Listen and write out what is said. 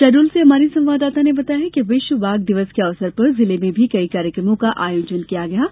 शहडोल से हमारे संवाददाता ने बताया है कि विश्व बाघ दिवस के अवसर पर जिले में भी कई कार्यक्रमों का आयोजन किया जा रहा है